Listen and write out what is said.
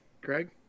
Greg